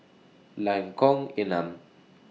Lengkong Enam